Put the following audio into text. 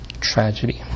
tragedy